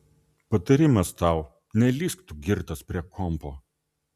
patarimas tau nelįsk tu girtas prie kompo